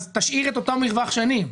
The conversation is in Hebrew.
תשאיר את אותו מרווח שנים.